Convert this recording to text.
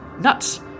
Nuts